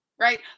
right